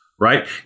Right